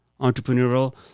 entrepreneurial